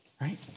Right